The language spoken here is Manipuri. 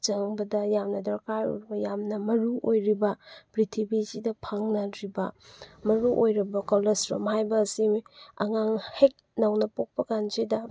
ꯆꯪꯕꯗ ꯌꯥꯝꯅ ꯗꯔꯀꯥꯔ ꯑꯣꯏꯕ ꯌꯥꯝꯅ ꯃꯔꯨꯑꯣꯏꯔꯤꯕ ꯄ꯭ꯔꯤꯊꯤꯕꯤꯁꯤꯗ ꯐꯪꯂꯗ꯭ꯔꯤꯕ ꯃꯔꯨꯑꯣꯏꯕ ꯀꯣꯂꯦꯁꯇ꯭ꯔꯣꯟ ꯍꯥꯏꯕꯁꯤ ꯑꯉꯥꯡ ꯍꯦꯛ ꯅꯧꯅ ꯄꯣꯛꯄꯀꯥꯟꯁꯤꯗ